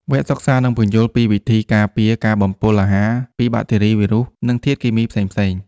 វគ្គសិក្សានឹងពន្យល់ពីវិធីការពារការបំពុលអាហារពីបាក់តេរី វីរុស និងធាតុគីមីផ្សេងៗ។